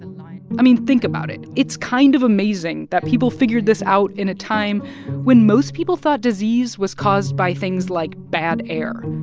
and like i mean, think about it. it's kind of amazing that people figured this out in a time when most people thought disease was caused by things like bad air,